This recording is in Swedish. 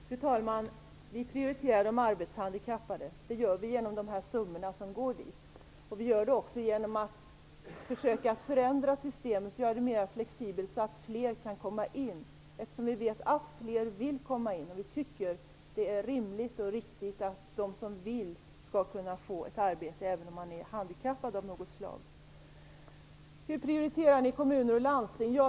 Fru talman! Vi prioriterar de arbetshandikappade. Vi gör det genom de summor som går till dem. Vi gör det också genom att försöka förändra systemet, och göra det mer flexibelt så att fler kan komma in. Vi vet att fler vill komma in, och vi tycker att det är rimligt och riktigt att den som vill skall kunna få ett arbete även om man är handikappad på något sätt. Hur prioriterar regeringen kommuner och landsting?